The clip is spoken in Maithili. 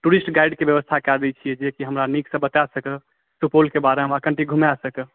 टुरिस्ट गाइडके व्यवस्था कए दै छियै जेकि हमरा नीकसँ बता सकब सुपौलके बारेमे कनिटा हमरा घुमा सकब